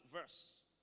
verse